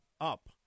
up